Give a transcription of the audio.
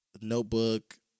notebook